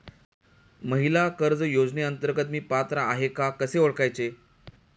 महिला कर्ज योजनेअंतर्गत मी पात्र आहे का कसे ओळखायचे?